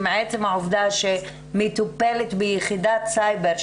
עצם העובדה שהיא מטופלת ביחידת סייבר,